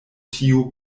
tiu